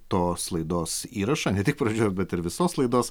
tos laidos įrašą ne tik pradžio bet ir visos laidos